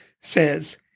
says